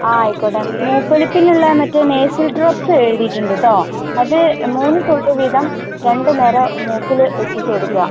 ആ ആയിക്കോട്ടെ മൂക്കൊലിപ്പിനുള്ള മറ്റേ നേസൽ ഡ്രോപ്സ് എഴുതിയിട്ടുണ്ട് കേട്ടോ അത് മൂന്ന് തുള്ളി വീതം രണ്ടുനേരം മൂക്കിൽ ഇറ്റിച്ച് കൊടുക്കുക